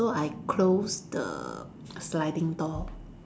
so I close the sliding door